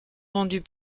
rendus